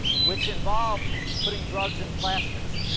which involves putting drugs in plastics